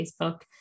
Facebook